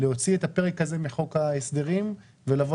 להוציא את הפרק הזה מחוק ההסדרים ולבוא